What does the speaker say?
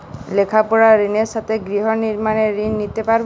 লেখাপড়ার ঋণের সাথে গৃহ নির্মাণের ঋণ নিতে পারব?